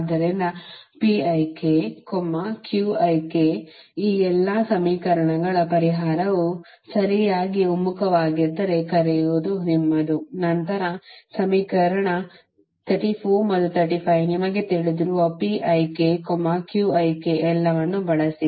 ಆದ್ದರಿಂದ ಈ ಎಲ್ಲಾ ಸಮೀಕರಣಗಳು ಪರಿಹಾರವು ಸರಿಯಾಗಿ ಒಮ್ಮುಖವಾಗಿದ್ದರೆ ಕರೆಯುವ ನಿಮ್ಮದು ನಂತರ ಸಮೀಕರಣ 34 ಮತ್ತು 35 ನಿಮಗೆ ತಿಳಿದಿರುವ ಎಲ್ಲವನ್ನೂ ಬಳಸಿ